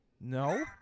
No